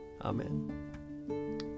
Amen